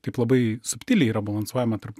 taip labai subtiliai yra balansuojama tarp